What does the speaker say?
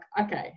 okay